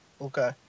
Okay